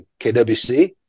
KWC